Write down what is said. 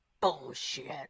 Bullshit